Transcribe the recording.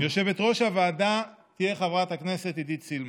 יושבת-ראש הוועדה תהיה חברת הכנסת עידית סילמן.